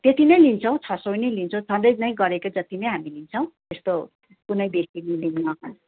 त्यति नै लिन्छौँ छ सौ नै लिन्छौँ सधैँ नै गरेको जति नै हामी लिन्छौँ त्यस्तो कुनै बेसी लिँदैनौँ